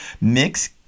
Mix